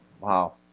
wow